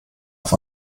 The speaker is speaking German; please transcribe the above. auf